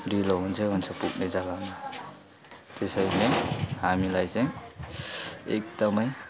ढिलो हुन्छै हुन्छ पुग्ने जग्गामा त्यसैले हामीलाई चाहिँ एकदमै